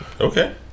okay